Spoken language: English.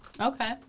Okay